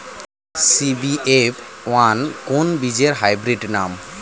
CBF one কোন বীজের hybrid নাম?